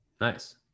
Nice